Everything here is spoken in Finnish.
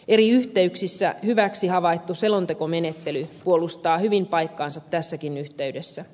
eri yhteyksissä hyväksi havaittu selontekomenettely puolustaa hyvin paikkaansa tässäkin yhteydessä